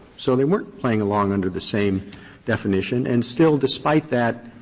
so they weren't playing along under the same definition. and still, despite that,